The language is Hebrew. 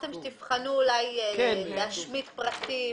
אמרתם שתבחנו אולי להשמיט פרטים.